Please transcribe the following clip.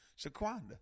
Shaquanda